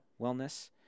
wellness